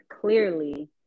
clearly